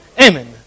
Amen